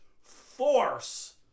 force